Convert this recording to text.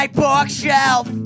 bookshelf